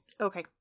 Okay